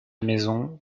maison